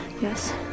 Yes